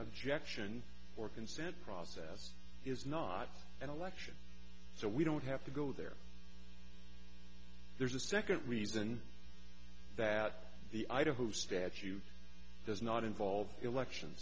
objection or consent process is not an election so we don't have to go there there's a second reason that the idaho statute does not involve elections